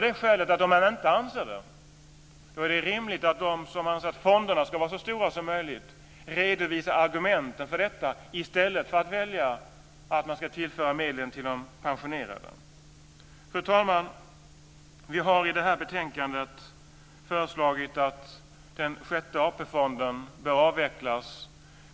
Det är också rimligt att de som anser att fonderna ska vara så stora som möjligt redovisar argumenten för detta i stället för att välja att man ska tillföra medlen till de pensionerade. Fru talman! Vi har i detta betänkande föreslagit att den sjätte AP-fonden bör avvecklas.